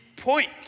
point